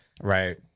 right